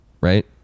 right